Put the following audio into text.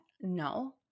no